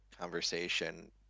conversation